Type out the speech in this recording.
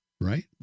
Right